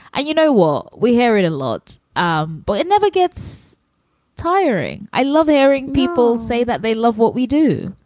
you know, will we hear it a lot? um but it never gets tiring. i love hearing people say that. they love what we do.